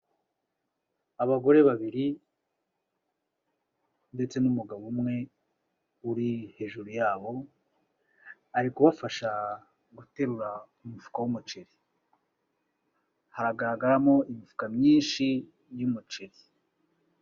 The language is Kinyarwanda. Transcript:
Abagore babiri ndetse n'umugabo umwe uri hejuru yabo, ari kubafasha guterura umufuka w'umuceri, haragaragaramo imifuka myinshi y'umuceri.